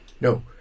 No